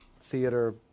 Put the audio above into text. theater